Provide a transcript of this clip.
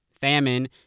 Famine